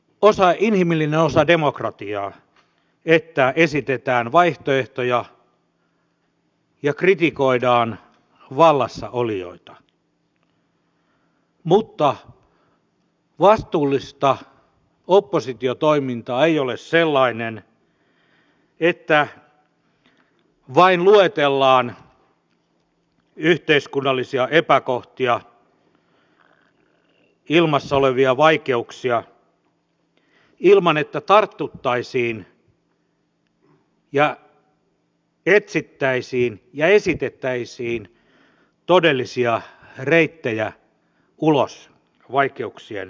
on inhimillinen osa demokratiaa että esitetään vaihtoehtoja ja kritisoidaan vallassa olijoita mutta vastuullista oppositiotoimintaa ei ole sellainen että vain luetellaan yhteiskunnallisia epäkohtia ilmassa olevia vaikeuksia ilman että tartuttaisiin ja etsittäisiin ja esitettäisiin todellisia reittejä ulos vaikeuksien keskeltä